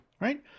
right